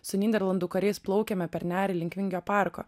su nyderlandų kariais plaukėme per nerį link vingio parko